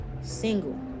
Single